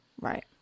Right